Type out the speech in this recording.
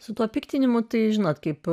su tuo piktinimu tai žinot kaip